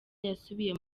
yasubiye